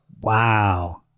Wow